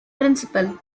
principal